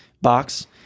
Box